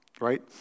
Right